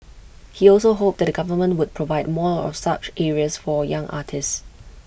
he also hoped that the government would provide more of such areas for young artists